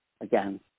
again